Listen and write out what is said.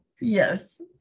Yes